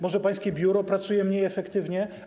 Może pańskie biuro pracuje mniej efektywnie?